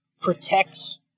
protects